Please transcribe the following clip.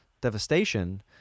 devastation